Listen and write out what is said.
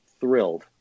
thrilled